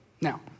Now